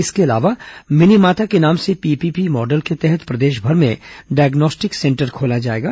इसके अलावा मिनीमाता के नाम से पीपीपी मॉडल के तहत प्रदेशभर में डाग्नोस्टिक सेंटर खोला जाएगा